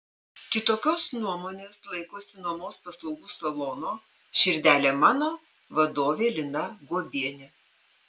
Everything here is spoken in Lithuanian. kitokios nuomonės laikosi nuomos paslaugų salono širdele mano vadovė lina guobienė